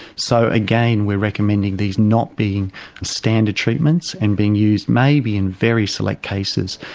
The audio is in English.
so again, we're recommending these not being standard treatments, and being used maybe in very select cases.